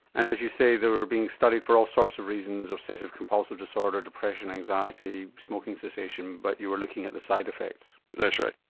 and as you say they were being studied for all sorts of reasons, obsessive compulsive disorder, depression, anxiety, smoking cessation but you were looking at the side effects? that's right.